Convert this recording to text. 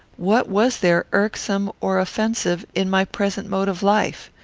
what was there irksome or offensive in my present mode of life?